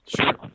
Sure